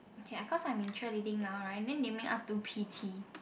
k ah cause I'm in cheerleading now right then they make us do p_t